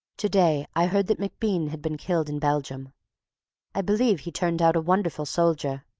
to-day i heard that macbean had been killed in belgium i believe he turned out a wonderful soldier.